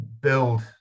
build